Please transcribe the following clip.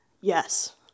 Yes